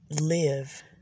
live